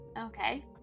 Okay